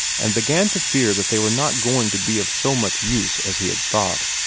and began to fear that they were not going to be of so much use as he had thought.